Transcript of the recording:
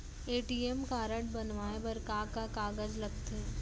ATM card बनवाये बर का का कागज लगथे?